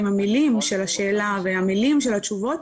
עם המילים של השאלה והמילים של התשובות,